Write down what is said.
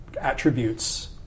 attributes